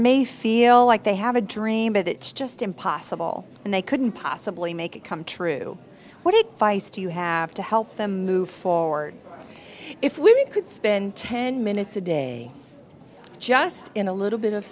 may feel like they have a dream but it's just impossible and they couldn't possibly make it come true what it feisty you have to help them move forward if we could spend ten minutes a day just in a little bit of